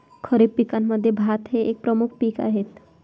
खरीप पिकांमध्ये भात हे एक प्रमुख पीक आहे